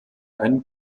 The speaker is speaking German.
einem